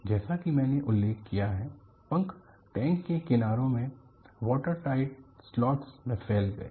जैसा कि मैंने उल्लेख किया है पंख टैंक के किनारों में वॉटर टाइट स्लॉट्स से फैल गए